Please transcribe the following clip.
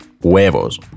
huevos